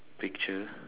picture